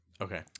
Okay